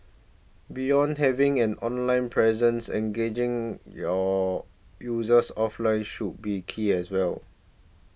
beyond having an online presence engaging your users offline should be key as well